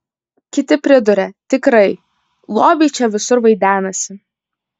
kiti priduria tikrai lobiai čia visur vaidenasi